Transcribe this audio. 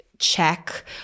check